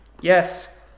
Yes